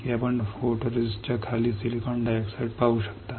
की आपण फोटोरिस्टिस्टच्या खाली सिलिकॉन डायऑक्साइड पाहू शकता